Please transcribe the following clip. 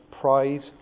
pride